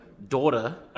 Daughter